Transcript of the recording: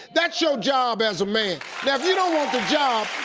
that's your job as a man. now if you don't want the job,